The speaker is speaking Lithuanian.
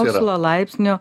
mokslo laipsnio